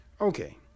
Okay